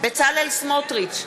בצלאל סמוטריץ,